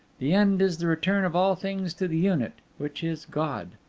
the end is the return of all things to the unit, which is god.